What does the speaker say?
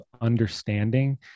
understanding